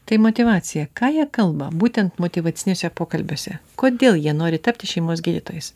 tai motyvacija ką jie kalba būtent motyvaciniuose pokalbiuose kodėl jie nori tapti šeimos gydytojais